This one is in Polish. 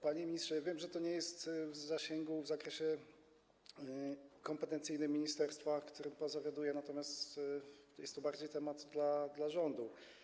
Panie ministrze, wiem, że to nie jest w zakresie kompetencyjnym ministerstwa, którym pan zawiaduje, natomiast jest to bardziej temat dla rządu.